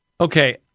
Okay